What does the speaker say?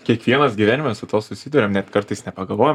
kiekvienas gyvenime su tuo susiduriam net kartais nepagalvojam